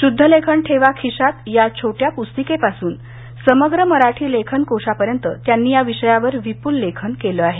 शुद्धलेखन ठेवा खिश्यात या छोट्या पुस्तीकेपासून समग्र मराठी लेखन कोशापर्यंत त्यांनी याविषयावर विपूल लेखन केलं आहे